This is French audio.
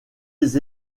les